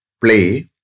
play